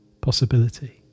possibility